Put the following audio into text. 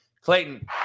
Clayton